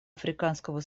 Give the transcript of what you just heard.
африканского